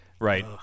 right